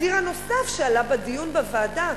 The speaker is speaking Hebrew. הציר הנוסף שעלה בדיון בוועדה,